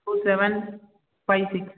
four seven five six